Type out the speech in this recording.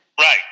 Right